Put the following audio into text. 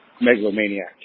megalomaniac